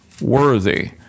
worthy